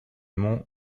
monts